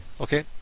Okay